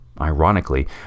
ironically